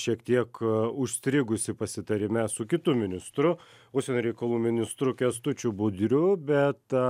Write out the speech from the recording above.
šiek tiek užstrigusi pasitarime su kitu ministru užsienio reikalų ministru kęstučiu budriu bet